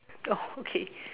oh okay